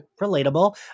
relatable